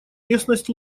местность